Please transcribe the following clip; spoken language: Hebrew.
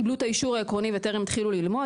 קיבלו את האישור העקרוני וטרם התחילו ללמוד,